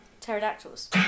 pterodactyls